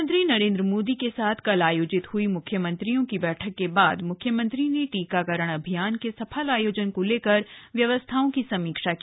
प्रधानमंत्री नरेन्द्र मोदी के साथ कल आयोजित ह्ई मुख्यमंत्रियों की बैठक के बाद मुख्यमंत्री ने टीकाकरण अभियान के सफल आयोजन को लेकर व्यवस्थाओं की समीक्षा की